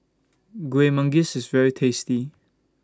Kuih Manggis IS very tasty